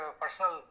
personal